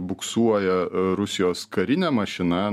buksuoja rusijos karinė mašina